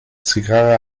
zigarre